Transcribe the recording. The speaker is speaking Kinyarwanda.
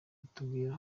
watubwira